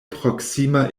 proksima